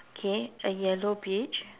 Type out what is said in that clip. okay a yellow beach